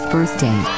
Birthday